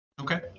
okay